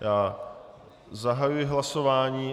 Já zahajuji hlasování...